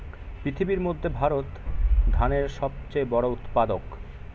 পৃথিবীর মধ্যে ভারত ধানের সবচেয়ে বড় উৎপাদক